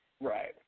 Right